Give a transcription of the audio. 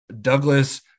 Douglas